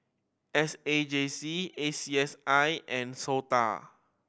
S A J C A C S I and SOTA